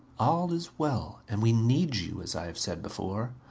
all is well and we need you, as i have said before.